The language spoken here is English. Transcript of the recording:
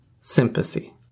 sympathy